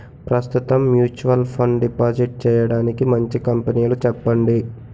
ప్రస్తుతం mutual fund deposit చేయడానికి మంచి కంపెనీలు చెప్పండి